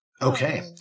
Okay